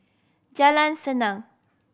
Jalan Senang